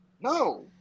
No